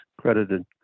credited